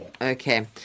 Okay